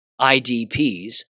IDPs